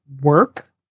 work